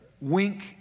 wink